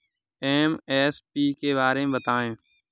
MSP के बारे में बतायें?